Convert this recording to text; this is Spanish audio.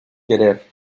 querer